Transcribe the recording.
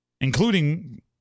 including